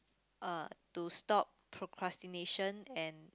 uh to stop procrastination and